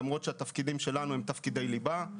למרות שהתפקידים שלנו הם תפקידי ליבה,